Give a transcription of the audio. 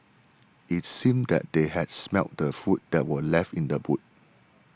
it seemed that they had smelt the food that were left in the boot